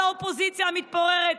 על האופוזיציה המתפוררת,